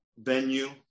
venue